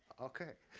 okay.